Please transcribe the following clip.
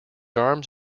arms